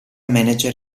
manager